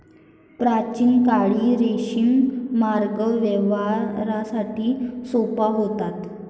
प्राचीन काळी रेशीम मार्ग व्यापारासाठी सोपा होता